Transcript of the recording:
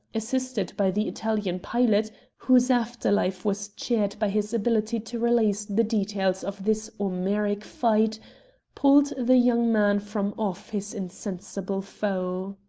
assisted by the italian pilot whose after-life was cheered by his ability to relate the details of this homeric fight pulled the young man from off his insensible foe.